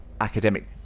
academic